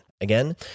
Again